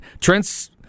Trent's